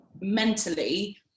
mentally